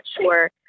sure